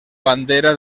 bandera